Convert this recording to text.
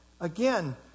Again